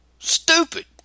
Stupid